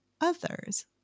others